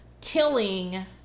killing